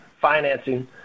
financing